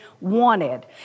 wanted